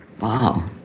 Wow